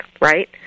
right